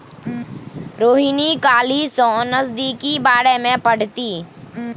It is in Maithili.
रोहिणी काल्हि सँ नगदीक बारेमे पढ़तीह